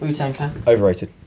Overrated